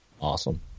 Awesome